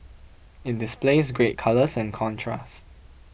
it displays great colours and contrast